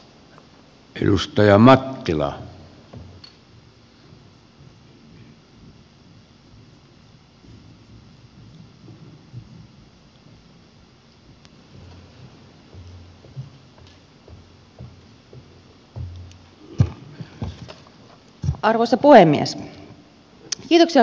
arvoisa puhemies